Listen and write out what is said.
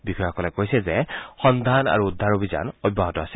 বিষয়াসকলে কৈছে যে সন্ধান আৰু উদ্ধাৰ অভিযান অব্যাহত আছে